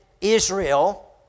Israel